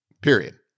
Period